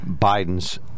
Biden's